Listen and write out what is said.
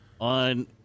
on